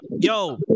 yo